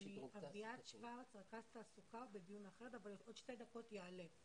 אביעד שוורץ מאגף התקציבים בדיון אחר אבל בתוך שתי דקות הוא יעלה.